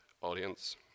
audience